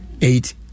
eight